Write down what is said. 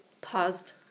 paused